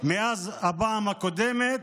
מאז הפעם הקודמת,